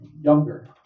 younger